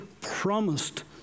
promised